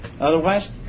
Otherwise